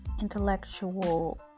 intellectual